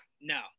no